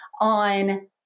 on